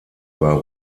war